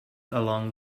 along